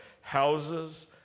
houses